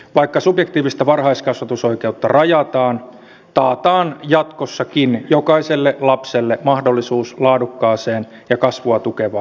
vaikka subjektiivista varhaiskasvatusoikeutta rajataan taataan jatkossakin jokaiselle lapselle mahdollisuus laadukkaaseen ja kasvua tukevaan varhaiskasvatukseen